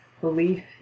belief